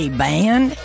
band